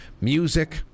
music